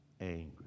angry